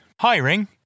Hiring